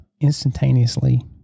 instantaneously